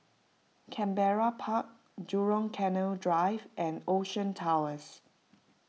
Canberra Park Jurong Canal Drive and Ocean Towers